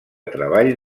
treball